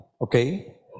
Okay